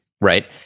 right